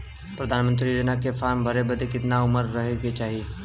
प्रधानमंत्री योजना के फॉर्म भरे बदे कितना उमर रहे के चाही?